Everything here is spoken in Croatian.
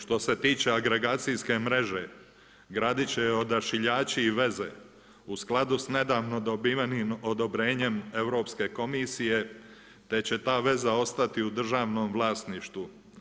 Što se tiče agregacijske mreže graditi će je odašiljači i veze u skladu sa nedavno dobivenim odobrenjem Europske komisije te će ta veza ostati u državnom vlasništvu.